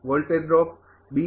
voltage drop B